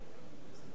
בתי-דין מינהליים (תיקון מס' 11),